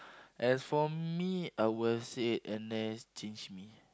as for me I will say N_S change me